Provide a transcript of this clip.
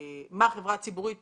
מה חברה ציבורית